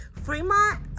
Fremont